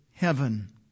Heaven